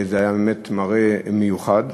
זה היה באמת מראה מיוחד.